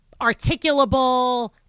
articulable